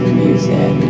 music